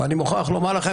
אני מוכרח לומר לכם,